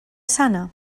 sana